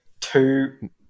two